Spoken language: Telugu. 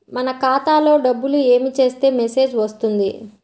మన ఖాతాలో డబ్బులు ఏమి చేస్తే మెసేజ్ వస్తుంది?